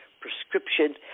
prescription